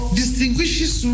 distinguishes